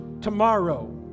tomorrow